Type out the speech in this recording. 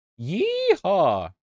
Yeehaw